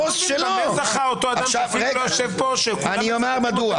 במה זכה שאותו אדם שאפילו לא יושב פה שכולם מצטטים אותו?